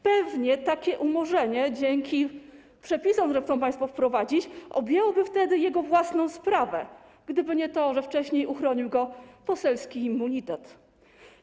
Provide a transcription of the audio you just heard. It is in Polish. Pewnie takie umorzenie dzięki przepisom, które chcą państwo wprowadzić, objęłoby wtedy jego własną sprawę, gdyby nie to, że wcześniej uchronił go poselski immunitet.